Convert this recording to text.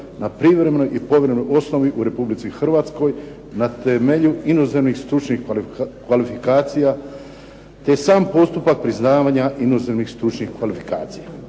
na privremenoj i povremenoj osnovi u Republici Hrvatskoj na temelju inozemnih stručnih kvalifikacija te sam postupak priznavanja inozemnih stručnih kvalifikacija.